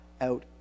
out